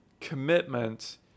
commitment